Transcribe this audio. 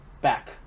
back